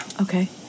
Okay